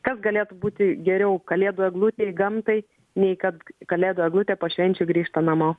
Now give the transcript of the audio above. kas galėtų būti geriau kalėdų eglutei gamtai nei kad kalėdų eglutė po švenčių grįžta namo